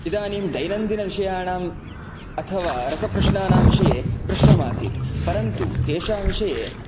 इदानीं दैनन्दिनविषयाणाम् अथवा रसप्रश्नानां विषये पृष्ठं आसीत् परन्तु तेषां विषये